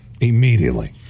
immediately